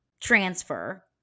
transfer